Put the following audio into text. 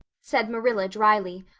said marilla drily,